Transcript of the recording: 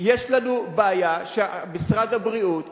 יש לנו בעיה שמשרד הבריאות